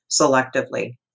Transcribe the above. selectively